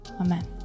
Amen